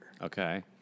Okay